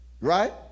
right